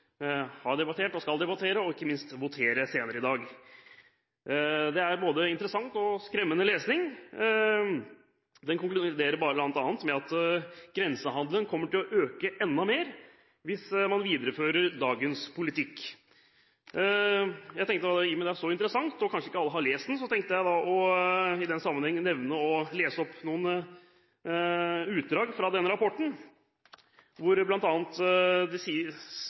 har debattert, skal debattere og ikke minst votere senere i dag. Det er både interessant og skremmende lesning. Den konkluderer bl.a. med at grensehandelen kommer til å øke enda mer hvis man viderefører dagens politikk. Jeg tenkte i den sammenheng – i og med at dette er så interessant og kanskje ikke alle har lest den – å lese opp noen utdrag fra denne rapporten, hvor det